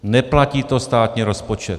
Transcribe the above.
Neplatí to státní rozpočet.